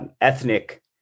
ethnic